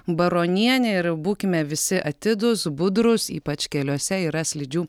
baronienė ir būkime visi atidūs budrūs ypač keliuose yra slidžių